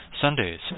Sundays